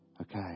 okay